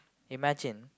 imagine